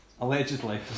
Allegedly